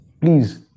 please